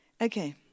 Okay